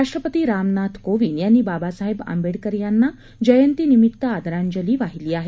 राष्ट्रपती रामनाथ कोविंद यांनी बाबासाहेब आंबेडकर यांना जयंतीनिमित्त आदरांजली वाहिली आहे